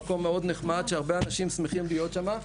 במקום מאוד נחמד שהרבה אנשים שמחים להיות שם,